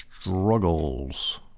struggles